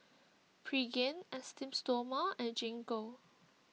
Pregain Esteem Stoma and Gingko